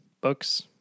books